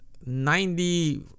ninety